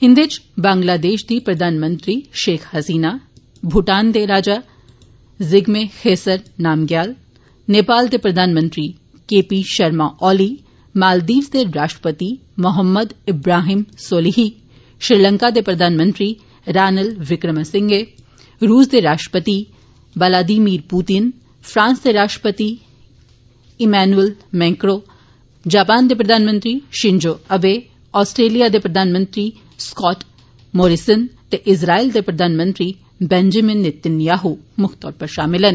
इंदे च बंग्लादेश दी प्रधानमंत्री शेख हसीना मूटान दे राजा जिगमे खेस नामग्याल नेपाल दे प्रधानमंत्री के पी शर्मा ओली मालदीव्स दे राष्ट्रपति मोहम्मद इब्राहिम सोलिह श्रीलंका दे प्रधानमंत्री रानिल विक्रमासिंघे रूस दे राष्ट्रपति व्लादिमीर पुतिन फ्रांस दे राष्ट्रपति इमैनुल मैक्रों जपान दे प्रधानमंत्री शिन्जो अबे आस्ट्रेलिया दे प्रघानमंत्री स्काट मोरिसन ते इज़रायल दे प्रधानमंत्री बेंजामिन नेतनयाहु शामिल न